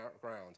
ground